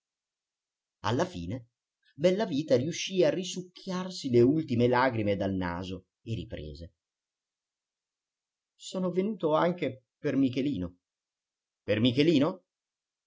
alla fine bellavita riuscì a risucchiarsi le ultime lagrime dal naso e riprese sono venuto anche per michelino per michelino